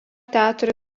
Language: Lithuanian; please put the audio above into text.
teatro